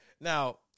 Now